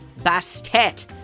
Bastet